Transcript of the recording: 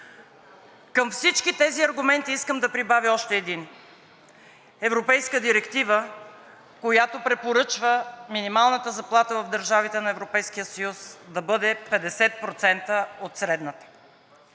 Към всички тези аргументи искам да прибавя още един – европейска директива, която препоръчва минималната заплата в държавите на Европейския съюз да бъде 50% от средната.